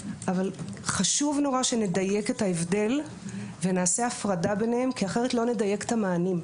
אבל חשוב מאוד שנדייק את ההבדל ונעשה הפרדה כי אחרת לא נדייק את המענים.